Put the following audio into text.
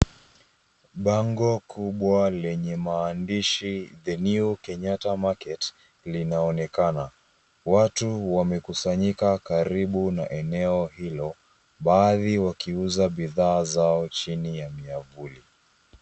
Bango kubwa lenye maandishi The New Kenyatta Market linaonekana watu wamekusanyika karibu na eneo hilo baadhi wakiuza bidhaa zao chini ya miavuli.